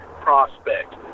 prospect